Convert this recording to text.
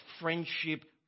friendship